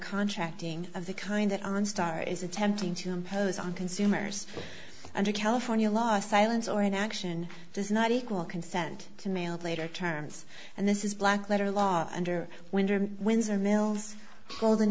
contracting of the kind that on star is attempting to impose on consumers under california law silence or an action does not equal consent to mailed later terms and this is black letter law under winter of windsor mills golden